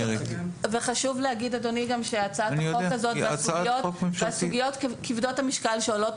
חשוב להגיד אדוני שהצעת החוק הזאת והסוגיות כבדות המשקל שעולות